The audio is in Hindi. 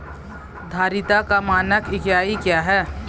धारिता का मानक इकाई क्या है?